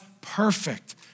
perfect